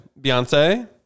Beyonce